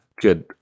good